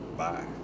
Bye